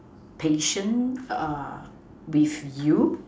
impatient err with you